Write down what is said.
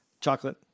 Chocolate